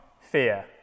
fear